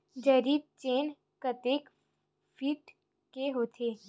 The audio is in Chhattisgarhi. जरीब चेन कतेक फीट के होथे?